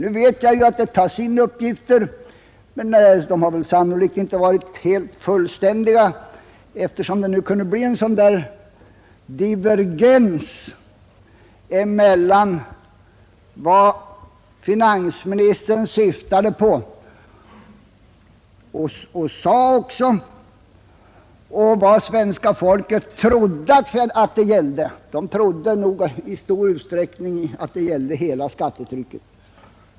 Jag vet också att uppgifter samlats in, men de har sannolikt inte varit fullständiga, när det kunnat bli en sådan divergens mellan vad finansministern sade sig sikta till och vad svenska folket trodde att det gällde. Människorna har i stor utsträckning trott att yttrandet gällde hela skattetrycket.